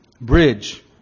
Bridge